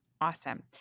Awesome